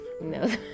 no